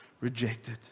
rejected